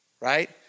right